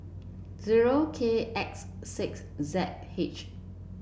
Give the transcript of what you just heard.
zero K X six Z H